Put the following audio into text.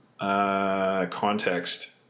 context